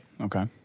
Okay